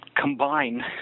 Combine